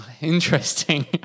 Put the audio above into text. Interesting